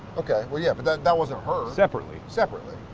okay, well yeah. but that that wasn't her. separately. separately.